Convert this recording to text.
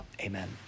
amen